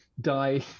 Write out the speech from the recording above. die